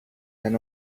they